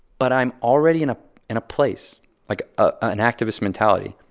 but i'm already in ah in a place like an activist mentality